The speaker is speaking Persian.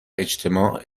اجتماع